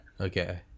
Okay